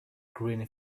green